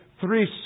three